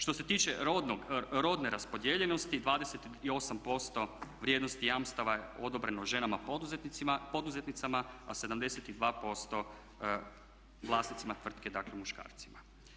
Što se tiče rodne raspodijeljenosti 28% vrijednosti jamstava je odobreno ženama poduzetnicama, a 72% vlasnicima tvrtke dakle muškarcima.